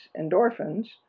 endorphins